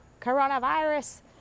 coronavirus